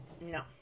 No